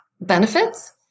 benefits